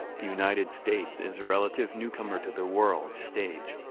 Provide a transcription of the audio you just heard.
the united states is a relative newcomer to the world stage,